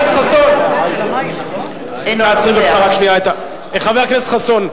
אינו נוכח עצרי רק שנייה את חבר הכנסת חסון,